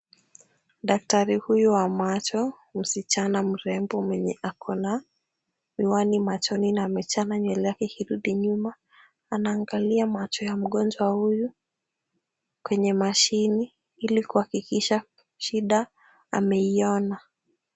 Daktari huyu wa macho, msichana mrembo mwenye ako na miwani machoni na amechana nywele yake ikirudi nyuma, anaangalia macho ya mgonjwa huyu kwenye mashine, ili kuhakikisha shida ameiona.